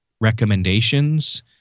recommendations